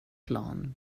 plan